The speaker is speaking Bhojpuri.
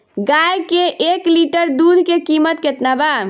गाय के एक लीटर दुध के कीमत केतना बा?